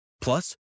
Plus